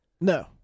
No